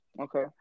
Okay